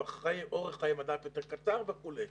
אורך חיי מדף יותר קצר וכולי.